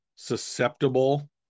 Susceptible